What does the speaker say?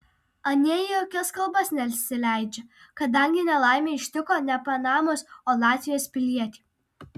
anie į jokias kalbas nesileidžia kadangi nelaimė ištiko ne panamos o latvijos pilietį